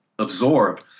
absorb